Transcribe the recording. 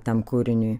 tam kūriniui